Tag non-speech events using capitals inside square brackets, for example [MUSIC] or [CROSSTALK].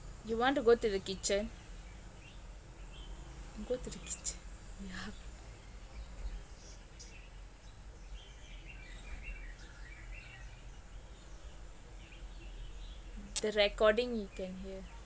you want to go to the kitchen go to the kitchen [BREATH] the recording you can hear